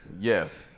Yes